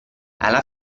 alla